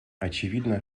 очевидно